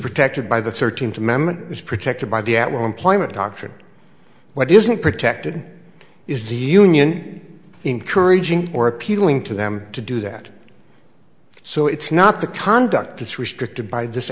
protected by the thirteenth amendment is protected by the at will employment doctrine what isn't protected is the union encouraging or appealing to them to do that so it's not the conduct it's restricted by this